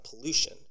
pollution